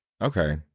Okay